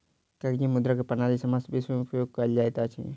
कागजी मुद्रा के प्रणाली समस्त विश्व में उपयोग कयल जाइत अछि